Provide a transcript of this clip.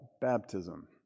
baptism